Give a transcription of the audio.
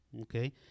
Okay